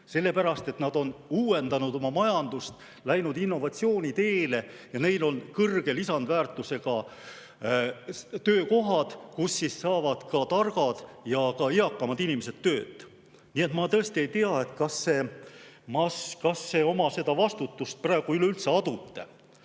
sellepärast et nad on uuendanud oma majandust, läinud innovatsiooni teed. Neil on kõrge lisandväärtusega töökohad, kus ka targad ja eakamad inimesed tööd saavad. Nii et ma tõesti ei tea, kas te oma vastutust praegu üleüldse adute.